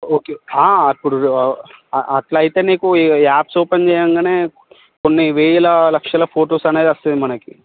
okay అప్పుడు అట్ల అయితే నీకు ఇక యాప్స్ ఓపెన్ చేయగానే కొన్ని వేల లక్షల ఫొటోస్ అనేది వస్తాయి మనకి